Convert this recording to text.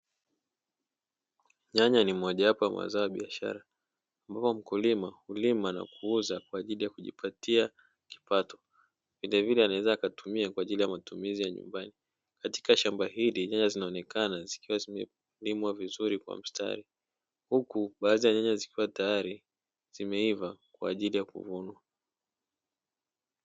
Nyanya ni mojawa ya mazao ya biashara, ambapo mkulima hulima na kuuza kwa ajili ya kujipatia kipato, vile vile anaweza akatumia kwa ajili ya matumizi ya nyumbani, katika shamba hili nyanya zinaonekana zikiwa zimelimwa vizuri kwa mstari, huku baadhi ya nyanya zikiwa tayari zimeiva kwa ajili ya kuvunwa.